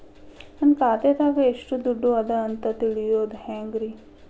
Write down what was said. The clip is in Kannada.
ನನ್ನ ಖಾತೆದಾಗ ಎಷ್ಟ ದುಡ್ಡು ಅದ ಅಂತ ತಿಳಿಯೋದು ಹ್ಯಾಂಗ್ರಿ?